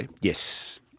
Yes